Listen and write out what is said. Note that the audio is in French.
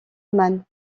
man